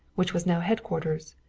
which was now headquarters.